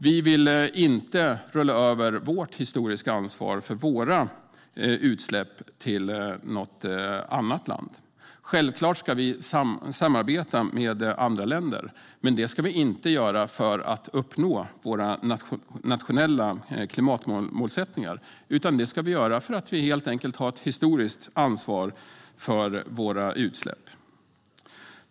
Vi vill inte rulla över vårt historiska ansvar för våra utsläpp till något annat land. Självklart ska vi samarbeta med andra länder. Men det ska vi inte göra för att uppnå våra nationella klimatmålsättningar. Det ska vi göra för att vi helt enkelt har ett historiskt ansvar för våra utsläpp.